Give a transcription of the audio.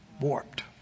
Warped